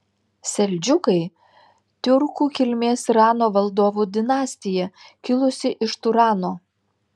seldžiukai tiurkų kilmės irano valdovų dinastija kilusi iš turano